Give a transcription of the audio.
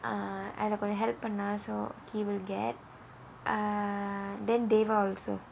uh அதற்கு அப்புறம்:atharkku appuram help பண்ணா:pannaa so he will get then dave also